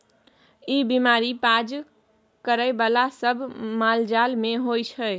ई बीमारी पाज करइ बला सब मालजाल मे होइ छै